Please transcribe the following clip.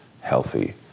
healthy